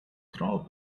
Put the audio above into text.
troll